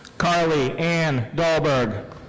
carly ann dalberg.